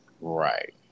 Right